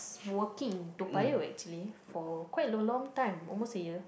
working Toa-Payoh actually for quite a long time almost a year